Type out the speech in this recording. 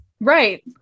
Right